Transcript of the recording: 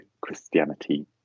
Christianity